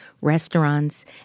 restaurants